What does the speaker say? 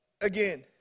again